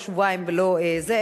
לא שבועיים ולא זה,